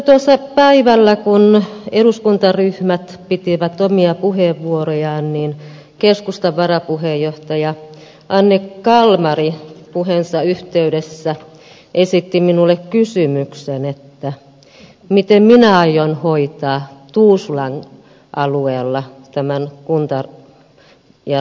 tuossa päivällä kun eduskuntaryhmät pitivät omia puheenvuorojaan niin keskustan varapuheenjohtaja anne kalmari puheensa yhteydessä esitti minulle kysymyksen miten minä aion hoitaa tuusulan alueella tämän kunta ja rakenneuudistuksen